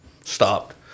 stopped